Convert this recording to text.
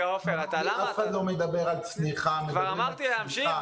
אף אחד לא מדבר על צניחה, מדברים על צמיחה.